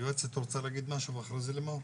היועצת רוצה להגיד משהו ואחרי זה לימור.